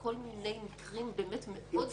ככלל כשלא מדובר על כל מיני מקרים באמת מאוד ייחודיים.